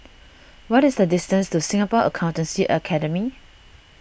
what is the distance to Singapore Accountancy Academy